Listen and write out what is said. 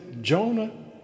Jonah